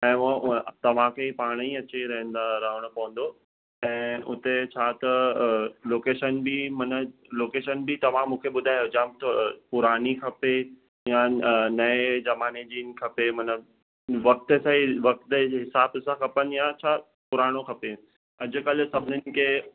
ऐं हुओ उहा तव्हांखे पाणेई अची रहंदा रहणो पवंदो ऐं हुते छा त लोकेशन बि माना लोकेशन बि तव्हां मूंखे ॿुधायो जाम पुराणी खपे या नए अ ज़माने जी खपे माना वक़्तु साईं वक़्तु जे हिसाबु सां खपनि या छा पुराणो खपे अॼुकल्ह सभिनीनि खे